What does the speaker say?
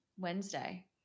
wednesday